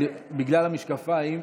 בגלל המשקפיים,